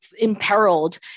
imperiled